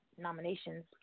nominations